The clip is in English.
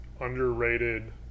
underrated